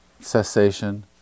cessation